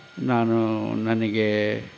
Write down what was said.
ನಾನು ನನಗೆ